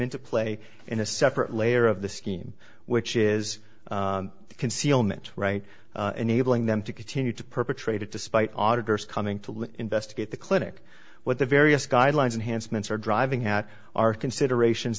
into play in a separate layer of the scheme which is concealment right enabling them to continue to perpetrate it despite auditor's coming to live investigate the clinic what the various guidelines enhanced mints are driving at are considerations